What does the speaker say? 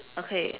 okay